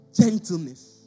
Gentleness